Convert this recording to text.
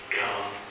come